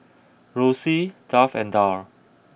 Rossie Duff and Darl